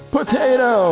Potato